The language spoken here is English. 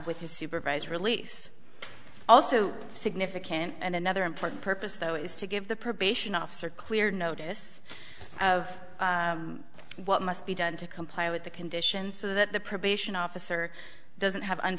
with his supervised release also significant and another important purpose though is to give the probation officer clear notice of what must be done to comply with the conditions so that the probation officer doesn't have